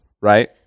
right